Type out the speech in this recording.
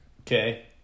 Okay